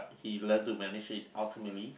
he learn to manage it ultimately